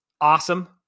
awesome